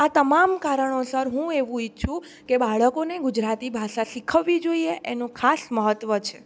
આ તમામ કારણોસર હું એવું ઈચ્છું કે બાળકોને ગુજરાતી ભાષા શીખવવી જોઈએ એનું ખાસ મહત્ત્વ છે